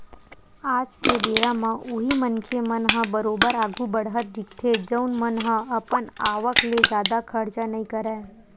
आज के बेरा म उही मनखे मन ह बरोबर आघु बड़हत दिखथे जउन मन ह अपन आवक ले जादा खरचा नइ करय